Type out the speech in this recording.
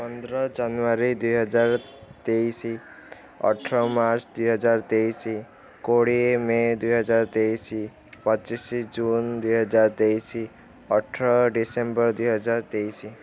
ପନ୍ଦର ଜାନୁଆରୀ ଦୁଇହଜାର ତେଇଶ ଅଠର ମାର୍ଚ୍ଚ ଦୁଇହଜାର ତେଇଶ କୋଡ଼ିଏ ମେ' ଦୁଇହଜାର ତେଇଶ ପଚିଶ ଜୁନ୍ ଦୁଇହଜାର ତେଇଶ ଅଠର ଡିସେମ୍ବର ଦୁଇହଜାର ତେଇଶ